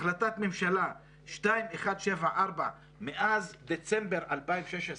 החלטת ממשלה 2174 מאז דצמבר 2016,